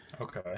Okay